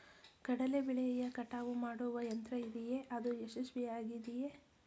ಕಡಲೆ ಬೆಳೆಯ ಕಟಾವು ಮಾಡುವ ಯಂತ್ರ ಇದೆಯೇ? ಅದು ಯಶಸ್ವಿಯಾಗಿದೆಯೇ?